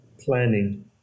planning